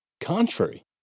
contrary